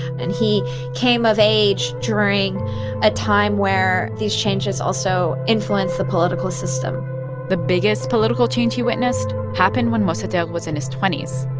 and he came of age during a time where these changes also influenced the political system the biggest political change he witnessed happened when mossadegh was in his twenty s.